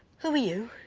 who are you?